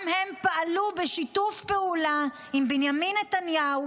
גם הם פעלו בשיתוף פעולה עם בנימין נתניהו